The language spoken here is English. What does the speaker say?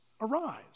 arise